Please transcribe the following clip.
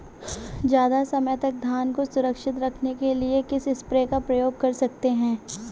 ज़्यादा समय तक धान को सुरक्षित रखने के लिए किस स्प्रे का प्रयोग कर सकते हैं?